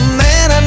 man